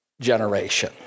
generation